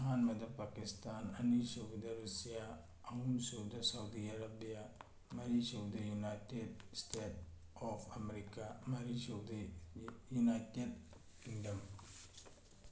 ꯑꯍꯥꯟꯕꯗ ꯄꯥꯀꯤꯁꯇꯥꯟ ꯑꯅꯤ ꯁꯨꯕꯗ ꯔꯁꯤꯌꯥ ꯑꯍꯨꯝ ꯁꯨꯕꯗ ꯁꯥꯎꯗꯤ ꯑꯔꯥꯕꯤꯌꯥ ꯃꯔꯤ ꯁꯨꯕꯗ ꯌꯨꯅꯥꯏꯇꯦꯠ ꯁ꯭ꯇꯦꯠ ꯑꯣꯐ ꯑꯃꯦꯔꯤꯀꯥ ꯃꯔꯤ ꯁꯨꯕꯗꯤ ꯌꯨꯅꯥꯏꯇꯦꯠ ꯀꯤꯡꯗꯝ